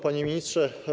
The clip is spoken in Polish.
Panie Ministrze!